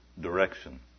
direction